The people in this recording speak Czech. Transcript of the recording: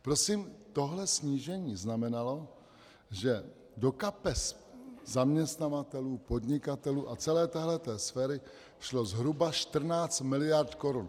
Prosím, tohle snížení znamenalo, že do kapes zaměstnavatelů, podnikatelů a celé téhle sféry šlo zhruba 14 mld. korun.